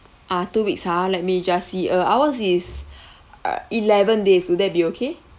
ah two weeks ha let me just see uh ours is err eleven days would that be okay